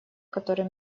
которое